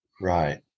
Right